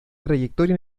trayectoria